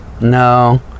No